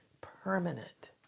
permanent